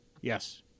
Yes